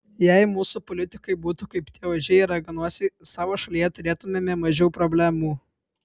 jei mūsų politikai būtų kaip tie ožiai ir raganosiai savo šalyje turėtumėme mažiau problemų